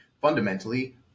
Fundamentally